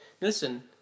Listen